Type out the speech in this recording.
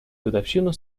годовщину